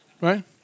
Right